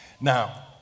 Now